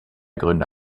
gründe